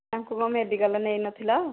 ତାଙ୍କୁ କ'ଣ ମେଡ଼ିକାଲ୍ ନେଇନଥିଲ